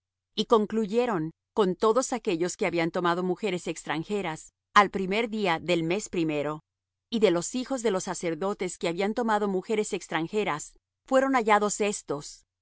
y concluyeron con todos aquellos que habían tomado mujeres extranjeras al primer día del mes primero y de los hijos de los sacerdotes que habían tomado mujeres extranjeras fueron hallados estos